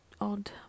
odd